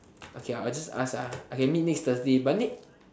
okay uh I'll just ask ah I can meet next thursday but next